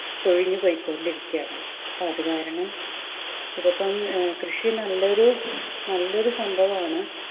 പൊഴിഞ്ഞു പൊയ്ക്കൊണ്ടിരിക്കയാണ് അപ്പം അത് കാരണം ഇതിപ്പം കൃഷി നല്ലൊരു നല്ലൊരു സംഭവമാണ്